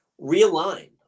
realign